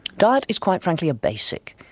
diet is quite frankly a basic,